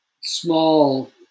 small